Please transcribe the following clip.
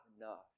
enough